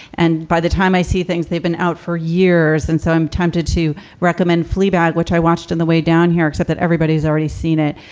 and by the time i see things, they've been out for years. and so i'm tempted to recommend fleabag, which i watched on and the way down here, except that everybody's already seen it.